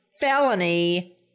felony